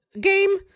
game